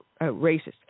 racist